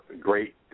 great